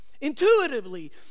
intuitively